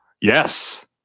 yes